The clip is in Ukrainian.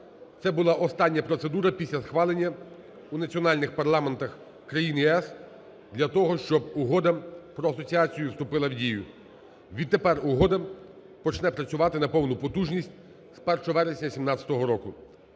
Це була остання процедура після схвалення у національних парламентах країн ЄС для того, щоб Угода про асоціацію вступила в дію. Відтепер угода почне працювати на повну потужність з 1 вересня 17-го року.